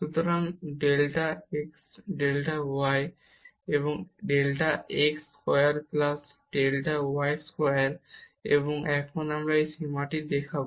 সুতরাং delta x delta y delta x square plus delta y square এবং এখন আমরা এই সীমাটি দেখব